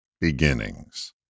Beginnings